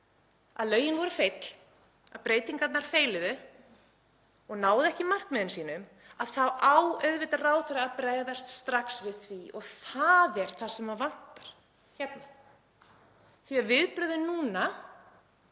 að lögin voru feill, að breytingarnar feiluðu og náðu ekki markmiðum sínum þá á auðvitað ráðherra að bregðast strax við því. Það er það sem vantar hér því að viðbrögðin núna